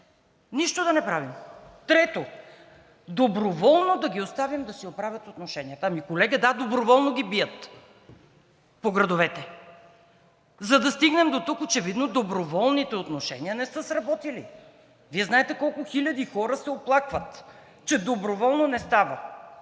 нищо да не правим. Трето, доброволно да ги оставим да си оправят отношенията. Ами, колега, да доброволно ги бият по градовете. За да стигнем дотук, очевидно доброволните отношения не са сработили. Вие знаете колко хиляди хора се оплакват, че доброволно не става.